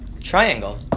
triangle